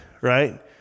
Right